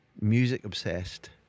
music-obsessed